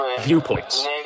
viewpoints